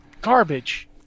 garbage